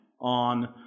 on